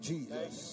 Jesus